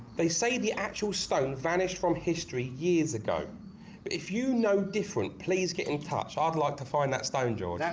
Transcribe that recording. they say the actual stone vanished from history years ago but if you know different please get in touch i'd like to find that stone george,